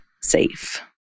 safe